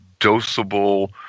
dosable